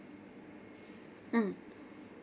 mm